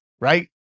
right